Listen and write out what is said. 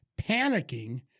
panicking